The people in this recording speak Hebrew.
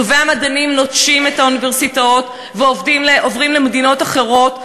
טובי המדענים נוטשים את האוניברסיטאות ועוברים למדינות אחרות,